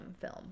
film